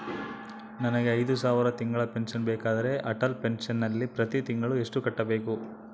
ನನಗೆ ಐದು ಸಾವಿರ ತಿಂಗಳ ಪೆನ್ಶನ್ ಬೇಕಾದರೆ ಅಟಲ್ ಪೆನ್ಶನ್ ನಲ್ಲಿ ಪ್ರತಿ ತಿಂಗಳು ಎಷ್ಟು ಕಟ್ಟಬೇಕು?